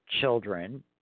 children